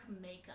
makeup